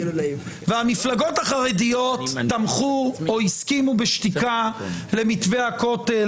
המפלגות החרדיות תמכו או הסכימו בשתיקה למתווה הכותל,